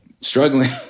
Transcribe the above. struggling